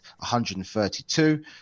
132